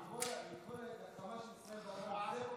לקרוא להחרים את ישראל בעולם זה מחזק את ישראל?